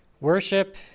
worship